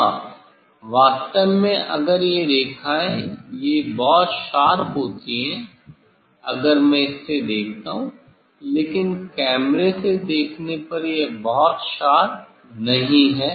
हाँ वास्तव में अगर ये रेखाएं ये बहुत शार्प होती हैं अगर मैं इससे देखता हूं लेकिन कैमरे से देखने पर यह बहुत शार्प नहीं है